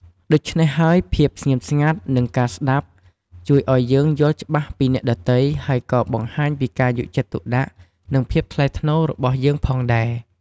ដូច្នេះហើយ ភាពស្ងៀមស្ងាត់ និងការស្តាប់ ជួយឲ្យយើងយល់ច្បាស់ពីអ្នកដទៃ ហើយក៏បង្ហាញពីការយកចិត្តទុកដាក់ និងភាពថ្លៃថ្នូររបស់យើងផងដែរ។